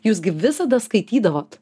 jūs gi visada skaitydavot